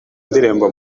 indirimbo